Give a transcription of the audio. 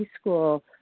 school